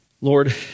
Lord